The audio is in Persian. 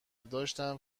داشتم